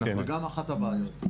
זו גם אחת הבעיות.